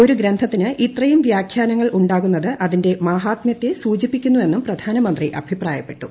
ഒരു ഗ്രന്ഥത്തിന് ഇത്രയും വ്യാഖ്യാനങ്ങൾ ഉണ്ടാകുന്നത് അതിന്റെ മഹാത്മൃത്തെ സൂചിപ്പിക്കുന്നുവെന്നും പ്രധാനമന്ത്രി അഭിപ്രായപ്പെട്ടു